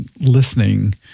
listening